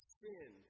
sin